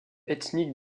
ethniques